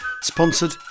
sponsored